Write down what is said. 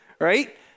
right